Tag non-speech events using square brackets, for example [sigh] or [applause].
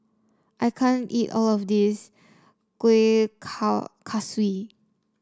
I can't eat all of this Kueh [unintelligible] Kaswi